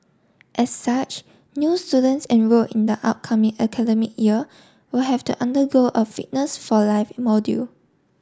as such new students enrolled in the upcoming academic year will have to undergo a fitness for life module